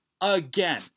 again